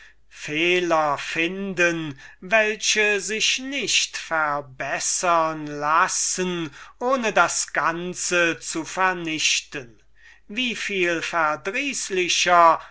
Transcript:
fehler finden welche sich nicht verbessern lassen ohne das ganze zu vernichten wie viel verdrießlicher